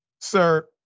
sir